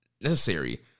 necessary